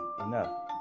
enough